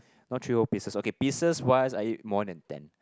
not three whole pieces okay pieces wise I eat more than ten